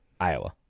Iowa